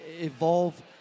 evolve